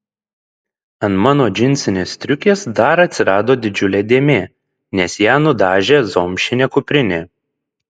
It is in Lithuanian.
ant mano džinsinės striukės dar atsirado didžiulė dėmė nes ją nudažė zomšinė kuprinė